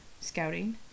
scouting